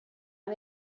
and